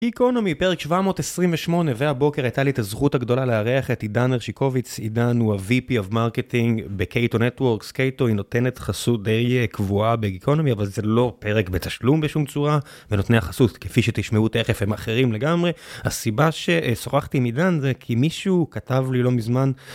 איקונומי פרק 728 והבוקר הייתה לי את הזכות הגדולה לארח את עידן הרשיקוביץ, עידן הוא ה-VP of Marketing בקייטו נטוורקס, קייטו היא נותנת חסות די קבועה באיקונומי אבל זה לא פרק בתשלום בשום צורה ונותניה החסות כפי שתשמעו תיכף הם אחרים לגמרי, הסיבה ששוחחתי עם עידן זה כי מישהו כתב לי לא מזמן.